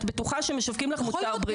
את בטוחה שמשווקים לך מוצר בריאות.